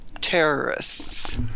terrorists